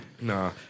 Nah